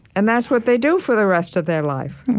and that's what they do for the rest of their life